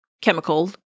chemical